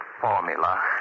formula